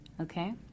Okay